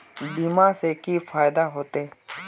बीमा से की फायदा होते?